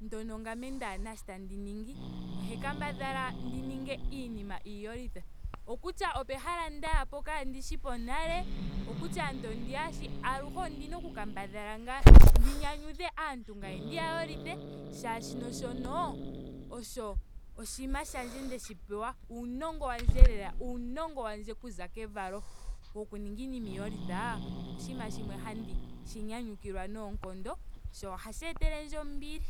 ndyono ngame kandiina shoka tandi ningi ohandi kambadhala oku ninga iinima iiyolitha. Okutya opehala nda yapo kaashipo nale. okutya aantu ondiya shi. aluhe ondina oku kambadhala ngaa ndi yolithe aantu ngame ndiya nyanyudhe molwaashoka shoka osho oshinima shandje ndeshi pewa. uunongo wandje lela uunongo wandje okuza kevalo. woku ninga iinima iiyolitha. oshinma shimwe handi shi nyanyukilwa noomkondo sho ohashi etelendje ombili.